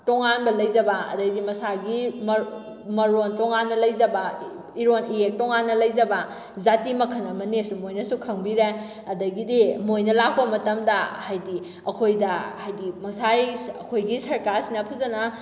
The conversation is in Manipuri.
ꯇꯣꯉꯥꯟꯕ ꯂꯩꯖꯕ ꯑꯗꯩꯗꯤ ꯃꯁꯥꯒꯤ ꯃꯔꯣꯟ ꯇꯣꯉꯥꯟꯅ ꯂꯩꯖꯕ ꯏꯔꯣꯟ ꯏꯌꯦꯛ ꯇꯣꯉꯥꯟꯅ ꯂꯩꯖꯕ ꯖꯥꯇꯤ ꯃꯈꯜ ꯑꯃꯅꯦꯁꯨ ꯃꯣꯏꯅꯁꯨ ꯈꯪꯕꯤꯔꯦ ꯑꯗꯒꯤꯗꯤ ꯃꯣꯏꯅ ꯂꯥꯛꯄ ꯃꯇꯝꯗ ꯍꯥꯏꯗꯤ ꯑꯩꯈꯣꯏꯗ ꯍꯥꯏꯗꯤ ꯉꯁꯥꯏ ꯑꯩꯈꯣꯏꯒꯤ ꯁꯔꯀꯥꯔꯁꯤꯅ ꯐꯖꯅ